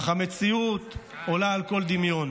אך המציאות עולה על כל דמיון.